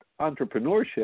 entrepreneurship